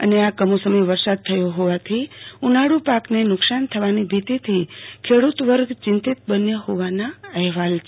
અને આ કમોસમી વરસાદ થયો હોવાથી તે ઉનાળુ પાકને નુકશાન થવાની ભીતીથી ખેડૂતવર્ગ ચિંચિત બન્યો હોવાના અહેવાલ છે